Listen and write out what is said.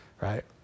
right